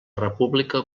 república